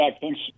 thanks